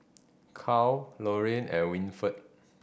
Cal Lorin and Winford